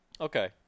Okay